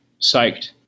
psyched